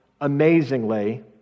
amazingly